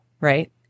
right